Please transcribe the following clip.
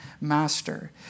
master